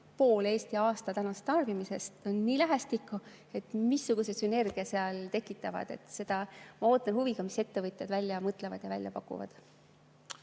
pool Eesti aastasest tarbimisest, on nii lähestikku. Missuguse sünergia need seal tekitavad? Ma ootan huviga, mis ettevõtjad välja mõtlevad ja välja pakuvad.